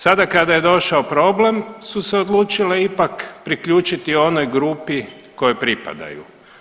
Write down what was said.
Sada kada je došao problem su se odlučile ipak priključiti onoj grupi kojoj pripadaju.